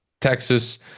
Texas